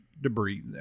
debris